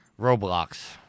Roblox